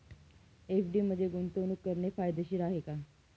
FD मध्ये गुंतवणूक करणे फायदेशीर आहे का?